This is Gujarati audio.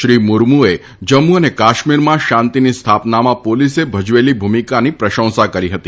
શ્રી મુરમુએ જમ્મુ અને કાશ્મીરમાં શાંતીની સ્થાપનામાં પોલીસે ભજવેલી ભૂમિકાની પ્રશંસા કરી હતી